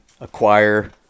acquire